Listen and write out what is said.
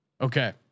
Okay